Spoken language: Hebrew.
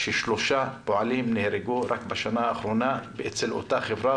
שלושה פועלים נהרגו רק בשנה האחרונה באותה חברה,